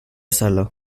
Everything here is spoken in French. salle